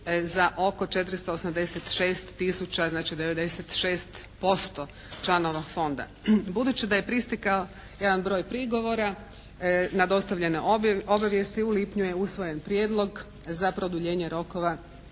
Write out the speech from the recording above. za oko 486 tisuća, znači 96% članova Fonda. Budući da je pristigao jedan broj prigovora na dostavljene obavijesti u lipnju je usvojen prijedlog za produljenje rokova